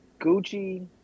Gucci